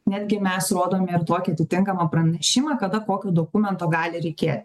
netgi mes rodome ir tokį atitinkamą pranešimą kada kokio dokumento gali reikėti